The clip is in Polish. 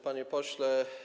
Panie Pośle!